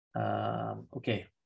Okay